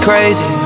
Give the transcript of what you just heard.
Crazy